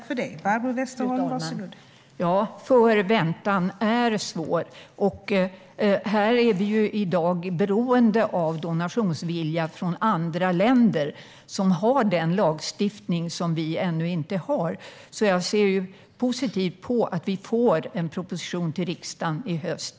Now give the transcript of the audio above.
Fru talman! Väntan är svår. I dag är vi beroende av donationsviljan i andra länder som har den lagstiftning som vi ännu inte har. Jag ser positivt på att vi får en proposition till riksdagen i höst.